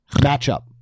matchup